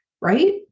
right